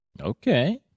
Okay